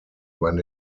when